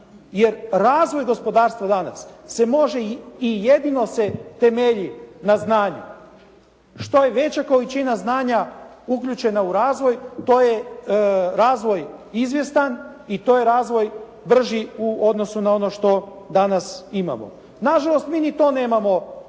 Jer razvoj gospodarstva danas se može i jedino se temelji na znanju. Što je veća količina znanja uključena u razvoj to je razvoj izvjestan i to je razvoj brži u odnosu na ono što danas imamo. Nažalost mi ni to nemamo,